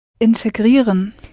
Integrieren